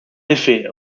effet